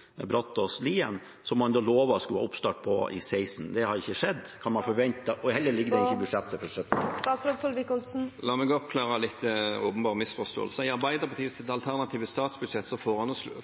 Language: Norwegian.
som ligger fra Kappskarmo til Brattås–Lien, som man lovte det skulle være oppstart på i 2016? Det har ikke skjedd, og det ligger heller ikke i budsjettet for 2017. La meg oppklare en åpenbar misforståelse: I Arbeiderpartiets alternative statsbudsjett